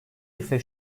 ise